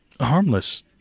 harmless